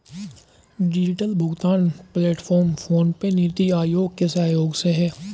digital भुगतान platform PhonePe, NITI Aayog के सहयोग से है